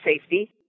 safety